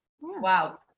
wow